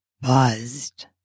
buzzed